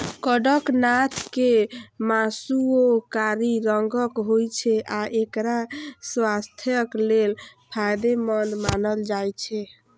कड़कनाथ के मासुओ कारी रंगक होइ छै आ एकरा स्वास्थ्यक लेल फायदेमंद मानल जाइ छै